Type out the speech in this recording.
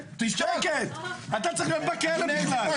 אתה צריך להיות בכלא בכלל.